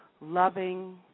loving